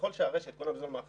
ככל שהרשת קונה בזול מהחקלאי,